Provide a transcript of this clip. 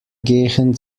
gehen